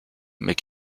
mais